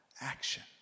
action